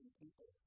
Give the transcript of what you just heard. people